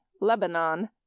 Lebanon